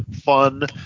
fun